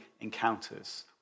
encounters